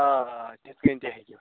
آ آ تِتھٕ کٔنۍ تہِ ہیٚکہِ